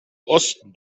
osten